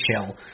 chill